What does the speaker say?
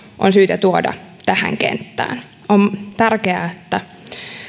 on syytä tuoda tähän kenttään on tärkeää että